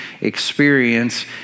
experience